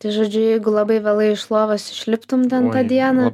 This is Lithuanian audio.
tai žodžiu jeigu labai vėlai iš lovos išliptum ten tą dieną